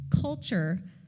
culture